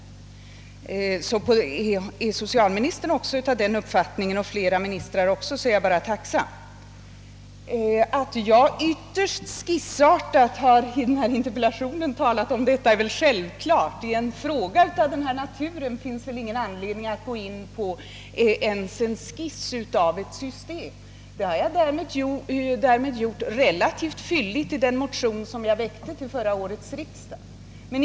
Har socialministern — och kanske även andra ministrar — samma uppfattning, så är jag bara tacksam. Att jag behandlat saken helt summariskt i min interpellation är självklart. I en interpellation finns väl ingen anledning att göra ens en skiss av ett system. Det har jag däremot gjort relativt fylligt i den motion som jag väckte vid förra årets riksdag.